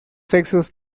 sexos